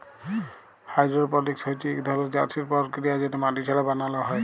hydroponics হছে ইক ধরলের চাষের পরকিরিয়া যেট মাটি ছাড়া বালালো হ্যয়